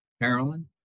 Carolyn